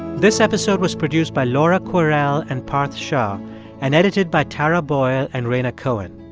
this episode was produced by laura kwerel and parth shah and edited by tara boyle and rhaina cohen.